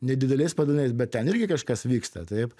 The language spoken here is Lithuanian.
ne dideliais padaliniais bet ten irgi kažkas vyksta taip